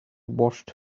washed